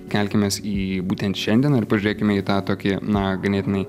kelkimės į būtent šiandieną ir pažiūrėkime į tą tokį na ganėtinai